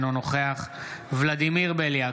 אינו נוכח ולדימיר בליאק,